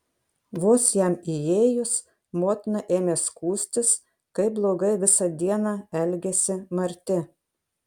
vos jam įėjus motina ėmė skųstis kaip blogai visą dieną elgėsi marti